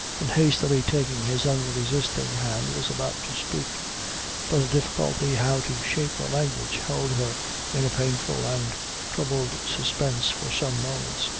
and hastily taking his unresisting hand, was about to speak but a difficulty how to shape her language held her in a painful and troubled suspense for some moments,